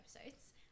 episodes